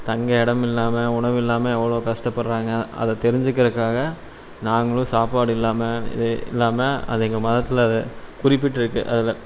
தங்க இடமில்லாம உணவில்லாமல் எவ்வளோ கஷ்டப்பட்றாங்க அதை தெரிஞ்சிக்கிறக்காக நாங்களும் சாப்பாடு இல்லாமல் இ இல்லாமல் அது எங்கள் மதத்தில் குறிப்பிட்டுருக்கு அதில்